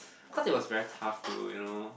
cause it was very tough to you know